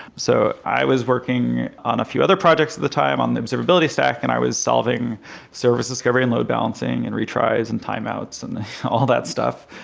so i was working on a few other projects at the time on the observability stack and i was solving services covered in load-balancing and retries and timeouts and all of that stuff.